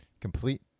complete